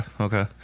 okay